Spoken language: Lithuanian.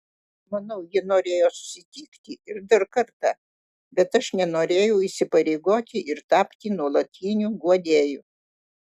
manau ji norėjo susitikti ir dar kartą bet aš nenorėjau įsipareigoti ir tapti nuolatiniu guodėju